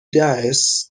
dice